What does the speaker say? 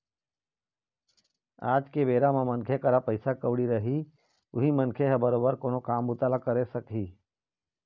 आज के बेरा म मनखे करा पइसा कउड़ी रही उहीं मनखे मन ह बरोबर कोनो काम बूता ल करे सकही